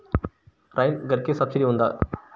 Rain గన్కి subsidy ఉందా?